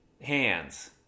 hands